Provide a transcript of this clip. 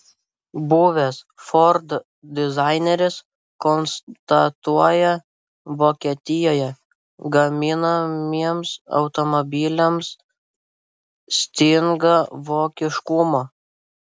buvęs ford dizaineris konstatuoja vokietijoje gaminamiems automobiliams stinga vokiškumo